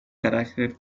carácter